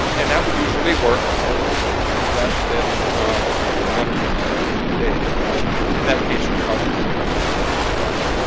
and that would usually work because it would be less than you know one of these days and in that case, it would probably be the one hundred day requirement